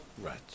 right